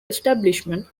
establishment